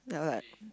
yeah like